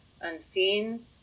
unseen